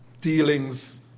dealings